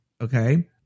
okay